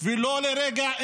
ולו לרגע.